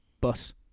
bus